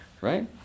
Right